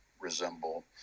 resemble